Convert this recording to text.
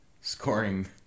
scoring